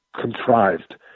contrived